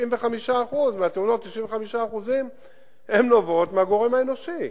ש-95% מהתאונות נובעות מהגורם האנושי,